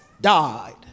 died